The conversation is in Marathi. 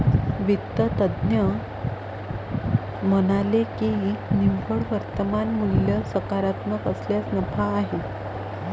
वित्त तज्ज्ञ म्हणाले की निव्वळ वर्तमान मूल्य सकारात्मक असल्यास नफा आहे